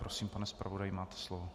Prosím, pane zpravodaji, máte slovo.